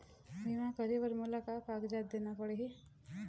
बीमा करे बर मोला का कागजात देना पड़ही?